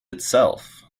itself